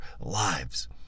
lives